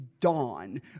Dawn